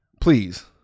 Please